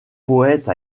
poète